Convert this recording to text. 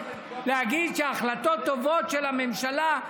להגיד: החלטות טובות של הממשלה?